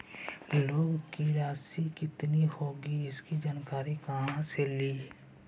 Loan की रासि कितनी होगी इसकी जानकारी कहा से ली?